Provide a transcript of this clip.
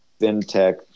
fintech